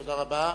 תודה רבה.